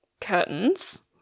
curtains